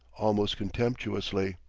almost contemptuously.